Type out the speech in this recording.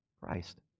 Christ